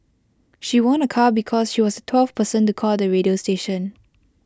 she won A car because she was the twelfth person to call the radio station